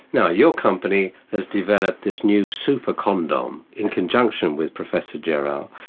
yeah your company has developed this new super-condom in conjunction with professor gerow.